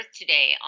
today